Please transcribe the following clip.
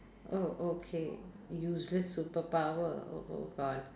oh okay useless superpower oh oh god